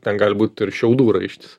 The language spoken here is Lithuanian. ten gali būt ir šiaudų raištis